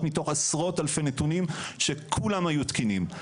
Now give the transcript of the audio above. מתוך עשרות אלפי נתונים שכולם היו תקינים.